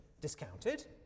discounted